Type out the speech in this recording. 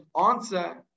answer